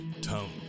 Tone